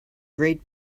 great